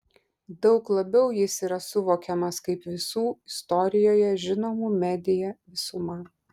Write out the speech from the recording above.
daug labiau jis yra suvokiamas kaip visų istorijoje žinomų media visuma